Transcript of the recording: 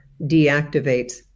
deactivates